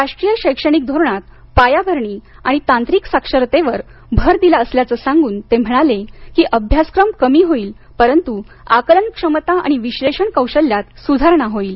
राष्ट्रीय शैक्षणिक धोरणात पायाभरणी आणि तांत्रिक साक्षरतेवर भर दिला असल्याचं सांगून ते म्हणाले की अभ्यासक्रम कमी होईल परंतु आकलन क्षमता आणि विश्लेषण कौशल्यात सुधारणा होईल